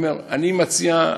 אני מציע,